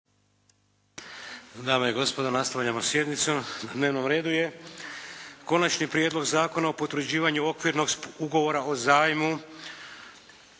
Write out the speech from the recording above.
Dame i gospodo! Nastavljamo sjednicu. Na dnevnom redu je 1. Prijedlog zakona o potvrđivanju Okvirnog sporazuma o zajmu: